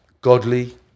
godly